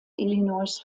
illinois